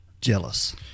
jealous